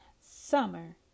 Summer